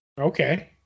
Okay